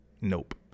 Nope